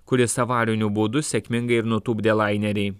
kuris avariniu būdu sėkmingai ir nutupdė lainerį